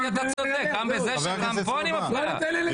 הוא לא נותן לי לדבר.